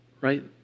Right